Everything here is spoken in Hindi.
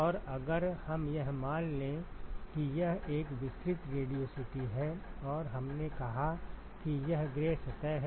और अगर हम यह मान लें कि यह एक विसरित रेडियोसिटी है और हमने कहा कि यह ग्रे सतह है